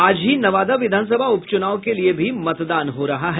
आज ही नवादा विधानसभा उपचुनाव के लिये भी मतदान हो रहा है